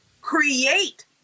create